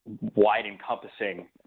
wide-encompassing